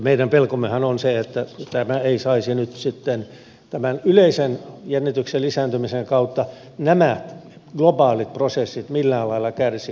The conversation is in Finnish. meidän pelkommehan koskee sitä että nämä globaalit prosessit eivät saisi nyt sitten tämän yleisen jännityksen lisääntymisen kautta millään lailla kärsiä